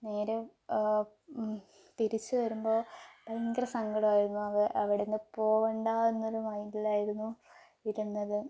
നേരെ തിരിച്ച് വരുമ്പോൾ ഭയങ്കര സങ്കടമായിരുന്നു അവിടെ നിന്നു പോകണ്ട എന്നൊരു മൈൻഡിലായിരുന്നു ഇരുന്നത്